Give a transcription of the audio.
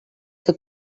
que